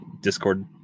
Discord